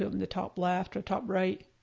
in the top left or top right.